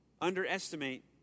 underestimate